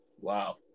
Wow